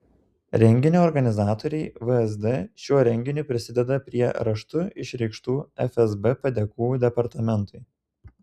renginio organizatoriai vsd šiuo renginiu prisideda prie raštu išreikštų fsb padėkų departamentui